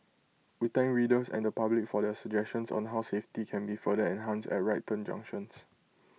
we thank readers and the public for their suggestions on how safety can be further enhanced at right turn junctions